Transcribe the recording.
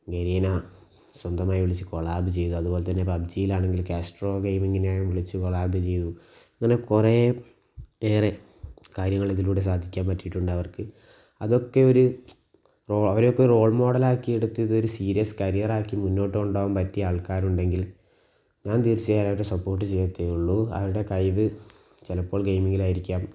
ഗരീന സ്വന്തമായി വിളിച്ച് കോളാബ് ചെയ്തു അതുപോലെ തന്നെ പബ്ജിയിലാണെങ്കിൽ കാസ്ട്രോ ഗെയിമിങ്ങിനെ വിളിച്ച് കോളാബ് ചെയ്തു അങ്ങനെ കുറെ ഏറെ കാര്യങ്ങള് ഇതിലൂടെ സാധിക്കാൻ പറ്റിയിട്ടുണ്ട് അവർക്ക് അതൊക്കെ ഒരു റോ അവരൊക്ക റോൾ മോഡലാക്കിയെടുത്ത് ഇത് ഒരു സീരിയസ് കരിയറാക്കി മുന്നോട്ട് പോകാൻ പറ്റിയ ആൾക്കാരുണ്ടെങ്കിൽ ഞാൻ തീർച്ചയായും അവരെ സപ്പോർട്ട് ചെയ്യത്തെ ഉള്ളൂ അവരുടെ കഴിവ് ചിലപ്പോൾ ഗെയിമിങ്ങിലായിരിക്കാം